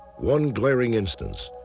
one glaring instance.